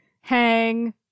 hang